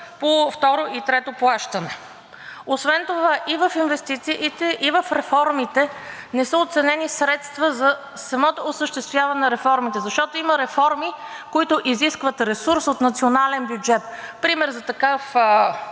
по второ и трето плащане. Освен това и в инвестициите, и в реформите не са оценени средства за самото осъществяване на реформите, защото има реформи, които изискват ресурс от националния бюджет. Пример за такава